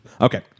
Okay